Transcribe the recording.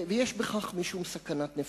ויש בכך משום סכנת נפשות.